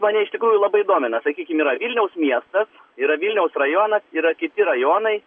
mane iš tikrųjų labai domina sakykim yra vilniaus miestas yra vilniaus rajonas yra kiti rajonai